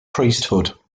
priesthood